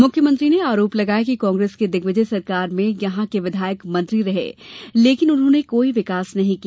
मुख्यमंत्री ने आरोप लगाया कि कांग्रेस की दिग्विजय सिंह सरकार में यहां के विधायक मंत्री रहे लेकिन उन्होंने कोई विकास नहीं किया